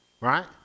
right